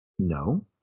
No